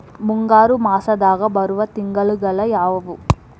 ಮುಂಗಾರು ಮಾಸದಾಗ ಬರುವ ತಿಂಗಳುಗಳ ಯಾವವು?